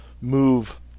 move